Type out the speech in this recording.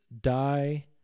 die